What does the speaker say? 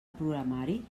programari